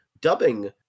dubbing